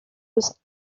was